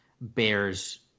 Bears